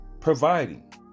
providing